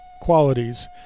qualities